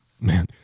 man